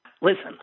listen